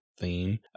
theme